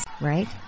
Right